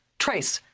trace,